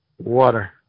Water